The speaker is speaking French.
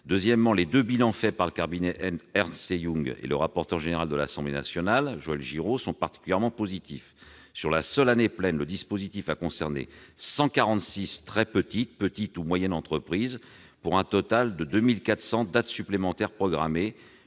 deuxièmement, les deux bilans faits par le cabinet Ernst & Young et le rapporteur général de l'Assemblée nationale, Joël Giraud, sont particulièrement positifs : sur la seule année pleine, le dispositif a concerné 146 très petites, petites ou moyennes entreprises, pour un total de 2 400 dates supplémentaires programmées,